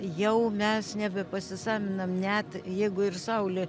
jau mes nebepasisavinam net jeigu ir saulė